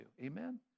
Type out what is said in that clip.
Amen